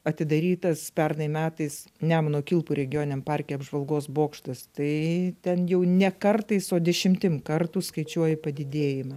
atidarytas pernai metais nemuno kilpų regioniniame parke apžvalgos bokštas tai ten jau ne kartais o dešimtims kartų skaičiuoja padidėjimą